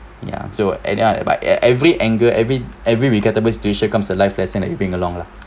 ya so and then I but eh at every angle every every regrettable situation comes a life lesson it bring along lah